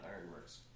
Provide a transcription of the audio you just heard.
Ironworks